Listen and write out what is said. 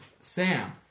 sam